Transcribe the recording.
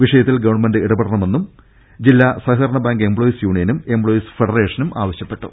വിഷയത്തിൽ ഗവൺമെന്റ് ഇടപെടണ മെന്നും ജില്ലാ സഹകരണ ബാങ്ക് എംപ്ലോയീസ് യൂനിയനും എംപ്ലോയീസ് ഫെഡറേഷനും ആവശ്യപ്പെട്ടു